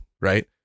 right